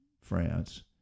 France